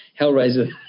Hellraiser